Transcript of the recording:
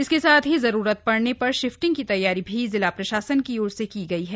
इसके साथ ही जरूरत पड़ने पर शिफ्टिंग की तैयारी भी जिला प्रशासन की ओर से की गई है